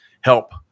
help